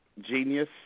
genius